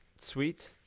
sweet